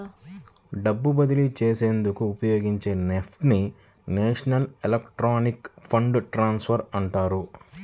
డబ్బు బదిలీ చేసేందుకు ఉపయోగించే నెఫ్ట్ ని నేషనల్ ఎలక్ట్రానిక్ ఫండ్ ట్రాన్స్ఫర్ అంటారు